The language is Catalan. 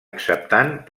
acceptant